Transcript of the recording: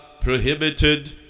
prohibited